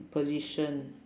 position